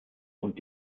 und